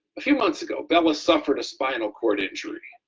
a few months ago, bella suffered a spinal cord injury.